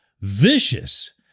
vicious